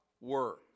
work